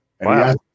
Wow